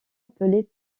appelé